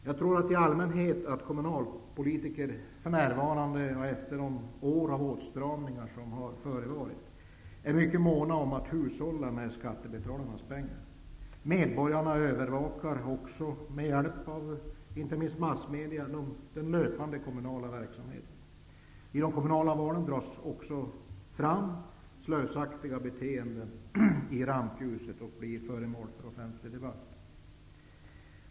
Jag tror att kommunalpolitikerna för närvarande, efter åratal av åtstramningar, är mycket måna om att hushålla med skattebetalarnas pengar. Medborgarna övervakar också, inte minst med hjälp av massmedia, den löpande kommunala verksamheten. I de kommunala valen dras också slösaktigt beteende fram i rampljuset och blir föremål för offentlig debatt.